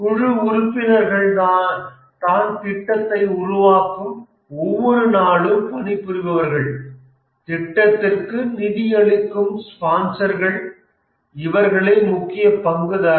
குழு உறுப்பினர்கள் தான் திட்டத்தை உருவாக்க ஒவ்வொரு நாளும் பணிபுரிபவர்கள் திட்டத்திற்கு நிதியளிக்கும் ஸ்பான்சர்கள் இவர்களே முக்கிய பங்குதாரர்கள்